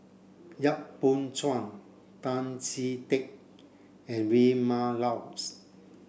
Yap Boon Chuan Tan Chee Teck and Vilma Laus